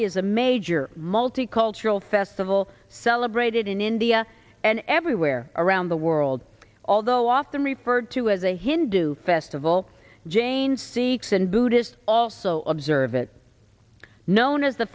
y is a major multicultural festival celebrated in india and everywhere around the world although often referred to as a hindu festival jain sikhs and buddhists also observe it known as the